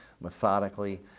methodically